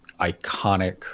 iconic